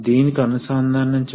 ఇది మొదటి ఉదాహరణ